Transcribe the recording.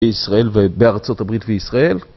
בישראל ובארה״ב וישראל